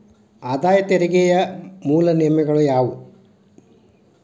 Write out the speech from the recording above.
ಆದಾಯ ತೆರಿಗೆಯ ಮೂಲ ನಿಯಮಗಳ ಯಾವು